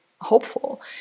hopeful